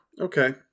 Okay